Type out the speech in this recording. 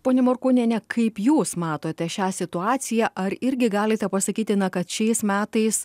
ponia morkūniene kaip jūs matote šią situaciją ar irgi galite pasakyti na kad šiais metais